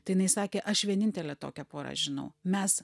tai jinai sakė aš vienintelę tokią porą žinau mes